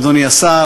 אדוני השר,